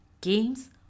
Games